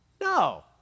No